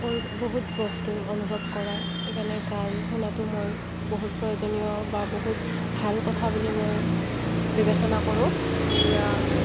কয় বহুত বস্তু অনুভৱ কৰাই সেই কাৰণে গান শুনাটো মই বহুত প্ৰয়োজনীয় বা বহুত ভাল কথা বুলি মই বিবেচনা কৰোঁ